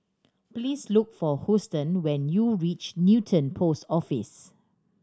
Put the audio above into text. please look for Huston when you reach Newton Post Office